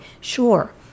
sure